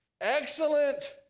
Excellent